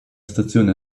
stazione